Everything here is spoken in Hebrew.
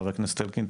חבר הכנסת אלקין,